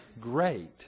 great